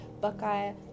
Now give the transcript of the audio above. Buckeye